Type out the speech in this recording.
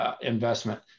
investment